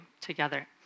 together